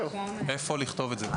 איפה לכתוב את זה?